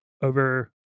over